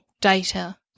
data